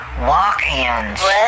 walk-ins